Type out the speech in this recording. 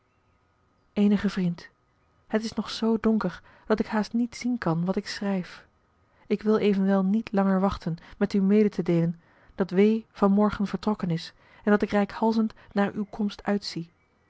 eenige vriend het is nog zoo donker dat ik haast niet zien kan wat ik schrijf ik wil evenwel niet langer wachten met u medetedeelen dat w van morgen vertrokken is en dat ik reikhalzend naar uw komst uitzie